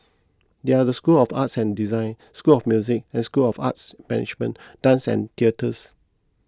they are the school of art and design school of music and school of arts management dance and theatres